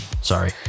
Sorry